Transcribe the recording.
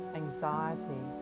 anxiety